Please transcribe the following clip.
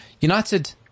United